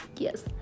yes